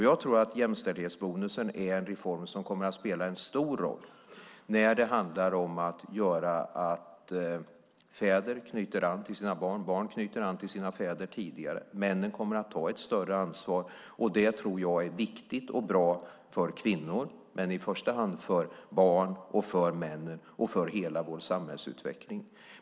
Jag tror att jämställdhetsbonusen är en reform som kommer att spela en stor roll när det handlar om att göra så att fäder knyter an till sina barn och barn knyter an till sina fäder tidigare. Männen kommer att ta ett större ansvar, och det tror jag är viktigt och bra för kvinnor, men i första hand för barn, för män och för hela vår samhällsutveckling.